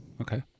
Okay